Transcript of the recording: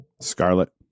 scarlet